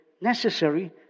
necessary